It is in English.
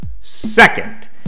Second